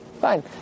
Fine